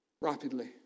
rapidly